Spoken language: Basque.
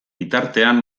bitartean